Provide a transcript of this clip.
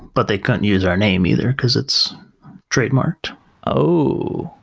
but they couldn't use our name either, because it's trademarked oh.